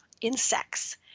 insects